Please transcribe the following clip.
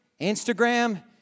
Instagram